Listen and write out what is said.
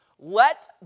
Let